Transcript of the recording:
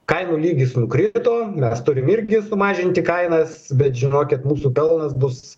kainų lygis nukrito mes turim irgi sumažinti kainas bet žinokit mūsų pelnas bus